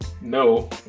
No